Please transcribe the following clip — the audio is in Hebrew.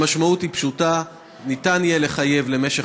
המשמעות היא פשוטה: ניתן יהיה לחייב למשך